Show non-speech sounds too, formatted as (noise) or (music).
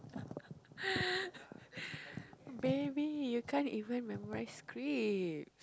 (laughs) baby you can't even memorise script